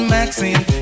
Maxine